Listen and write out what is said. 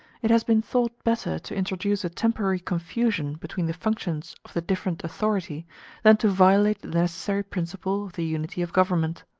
it has been thought better to introduce a temporary confusion between the functions of the different authorities than to violate the necessary principle of the unity of government.